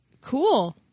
Cool